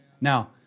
now